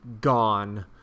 gone